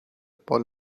paul